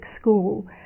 school